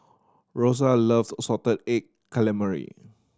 Rosa loves salted egg calamari